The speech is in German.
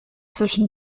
zwischen